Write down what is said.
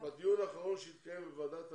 בדיון האחרון שהתקיים בוועדת העלייה,